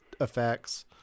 effects